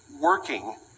working